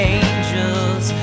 angels